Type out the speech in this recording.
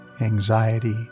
anxiety